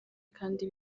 kandi